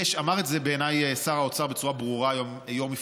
אמר את זה שר האוצר בצורה ברורה היום.